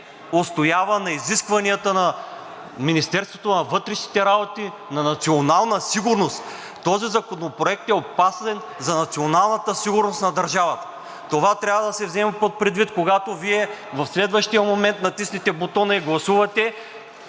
устоява на изискванията на Министерството на вътрешните работи, на „Национална сигурност“. Този законопроект е опасен за националната сигурност на страната. Това трябва да се вземе предвид, когато Вие в следващия момент натиснете бутона и гласувате,